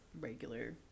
regular